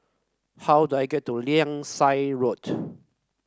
how do I get to Langsat Road